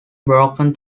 broken